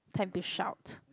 time to shout